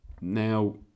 now